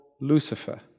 Lucifer